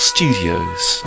Studios